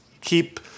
keep